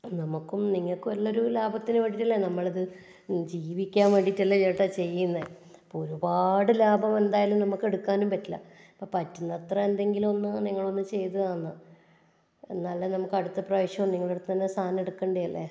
നമുക്കും നിങ്ങൾക്കും എല്ലാം ഒരു ലാഭത്തിന് വേണ്ടിയിട്ടല്ലേ നമ്മളിത് ജീവിക്കാൻ വേണ്ടിയിട്ടല്ലേ ചേട്ടാ ചെയ്യുന്നത് അപ്പോൾ ഒരുപാട് ലാഭം എന്തായാലും നമുക്ക് എടുക്കാനും പറ്റില്ല അപ്പോൾ പറ്റുന്ന അത്ര എന്തെങ്കിലുമൊന്ന് നിങ്ങളൊന്ന് ചെയ്തു താ എന്നാൽ എന്നലെ നമുക്ക് അടുത്ത പ്രാവിശ്യവും നിങ്ങളെ അടുത്ത് നിന്ന് തന്നെ സാധനം എടുക്കേണ്ടതല്ലേ